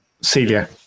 Celia